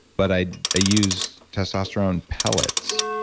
but i used testosterone pellets,